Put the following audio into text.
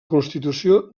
constitució